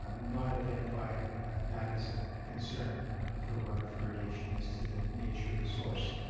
ah not identified that as a concern for water fluoridation as to the nature of the source.